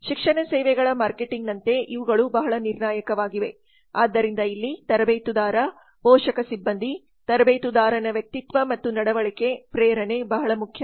ಶಿಕ್ಷಣ ಸೇವೆಗಳ ಮಾರ್ಕೆಟಿಂಗ್ನಂತೆ ಇವುಗಳು ಬಹಳ ನಿರ್ಣಾಯಕವಾಗಿವೆ ಆದ್ದರಿಂದ ಇಲ್ಲಿ ತರಬೇತುದಾರ ಪೋಷಕ ಸಿಬ್ಬಂದಿ ತರಬೇತುದಾರನ ವ್ಯಕ್ತಿತ್ವ ಮತ್ತು ನಡವಳಿಕೆ ಪ್ರೇರಣೆ ಬಹಳ ಮುಖ್ಯ